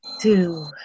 two